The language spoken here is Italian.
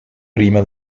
prima